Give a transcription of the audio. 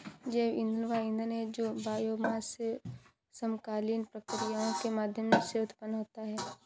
जैव ईंधन वह ईंधन है जो बायोमास से समकालीन प्रक्रियाओं के माध्यम से उत्पन्न होता है